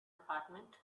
apartment